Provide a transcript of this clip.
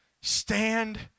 Stand